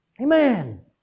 Amen